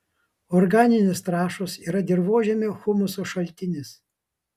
organinės trąšos yra dirvožemio humuso šaltinis